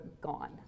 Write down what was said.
gone